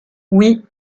oui